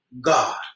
God